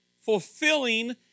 fulfilling